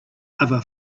other